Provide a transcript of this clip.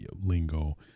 lingo